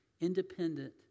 independent